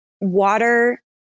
water